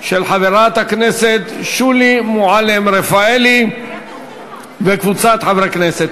של חברת הכנסת שולי מועלם-רפאלי וקבוצת חברי הכנסת.